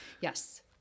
Yes